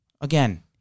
Again